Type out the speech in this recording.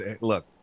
Look